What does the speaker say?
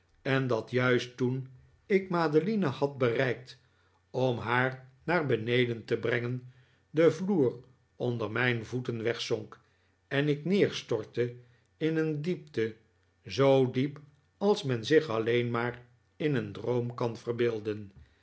en dat juist toen ik madeline had bereikt om haar naar beneden te brengen de vloer onder mijn voeten wegzonk en ik neerstortte in een diepte zoo diep als men zich alleen maar in een droom kan verbeelden